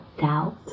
doubt